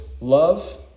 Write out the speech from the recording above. love